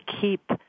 keep